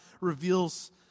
reveals